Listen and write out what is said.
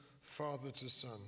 father-to-son